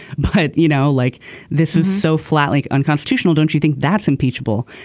but you know like this is so flatly unconstitutional don't you think that's impeachable.